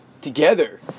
Together